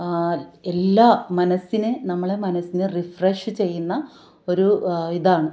എല്ലാ മനസ്സിന് നമ്മളുടെ മനസ്സിനെ റിഫ്രഷ് ചെയ്യുന്ന ഒരു ഇതാണ്